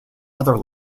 other